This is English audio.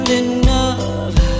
enough